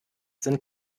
sind